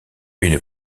une